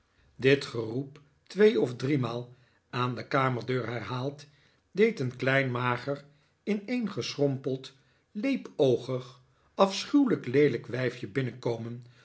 dit geroep twee of driemaal aan de kamerdeur herhaald deed een klein mager ineengeschrompeld leepoogig afschuwelijk leelijk wijfje binnenkomen